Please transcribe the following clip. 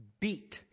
beat